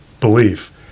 belief